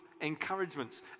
encouragements